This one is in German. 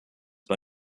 bei